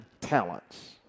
talents